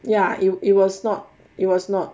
ya it was not it was not